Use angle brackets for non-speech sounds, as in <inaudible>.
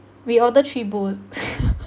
we order three bowls <breath>